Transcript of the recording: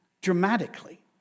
Dramatically